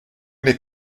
n’est